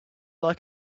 like